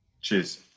Cheers